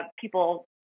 people